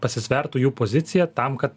pasisvertų jų poziciją tam kad